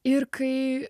ir kai